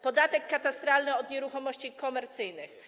Podatek katastralny od nieruchomości komercyjnych.